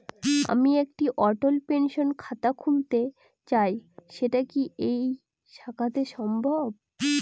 আমি একটি অটল পেনশন খাতা খুলতে চাই সেটা কি এই শাখাতে সম্ভব?